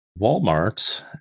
Walmart